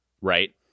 right